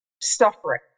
suffering